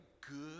good